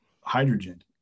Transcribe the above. hydrogen